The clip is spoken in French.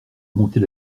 monter